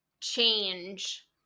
change